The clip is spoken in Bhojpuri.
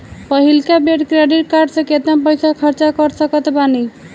पहिलका बेर क्रेडिट कार्ड से केतना पईसा खर्चा कर सकत बानी?